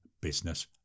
Business